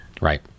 Right